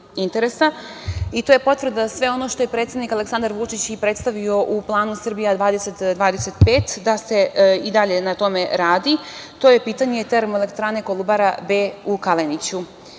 a to je potvrda svega onoga što je predsednik Aleksandar Vučić i predstavio u planu „Srbija 2025“ da se i dalje na tome radi. To je pitanje Termoelektrane „Kolubara B“ u Kaleniću. Ovo